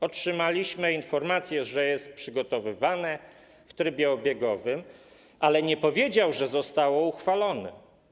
Otrzymaliśmy informację, że jest przygotowywane w trybie obiegowym, ale nie powiedział, że zostało uchwalone.